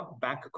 bank